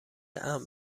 امن